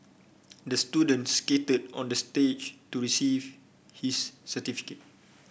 the student skated on the stage to receive his certificate